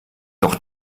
doch